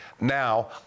now